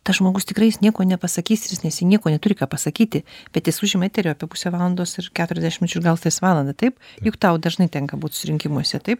tas žmogus tikrai jis nieko nepasakys ir jis nes nieko neturi ką pasakyti bet jis užima eterio apie pusę valandos ir keturiasdešimt minučių ir gal ties valandą taip juk tau dažnai tenka būt susirinkimuose taip